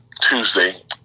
Tuesday